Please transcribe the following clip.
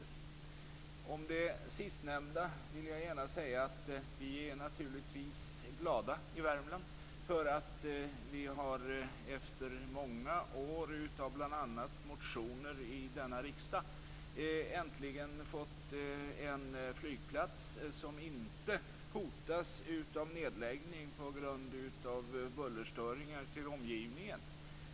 Om det sistnämnda vill jag gärna säga att vi i Värmland naturligtvis är glada för att vi efter många år med bl.a. motioner i denna riksdag äntligen har fått en flygplats som inte hotas av nedläggning på grund av bullerstörningar i omgivningen.